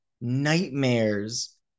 nightmares